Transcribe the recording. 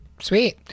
Sweet